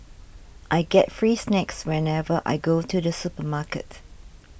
I get free snacks whenever I go to the supermarket